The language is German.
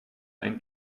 ein